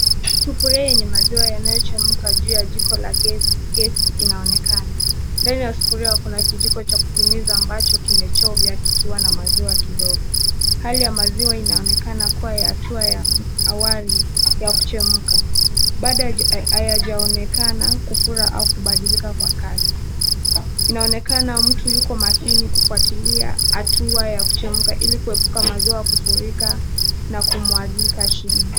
Sufuria yenye maziwa inayochemka juu ya gesi inaoneakana ndani ya sufuria kuna kijiko cha kupimiza ambacho kimechovya kikowa na maziwa kidogo, hali ya maziwa yaonekana kua hatua ya awali ya kuchemka, bado hayajaonekana kufura au kubadilika kwa kazi, inaonekana mtu yuko makini kufuatilia hatua ya kuchemka ili kuepuka maziwa kufurika na kumwagika chini.